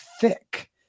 thick